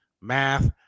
math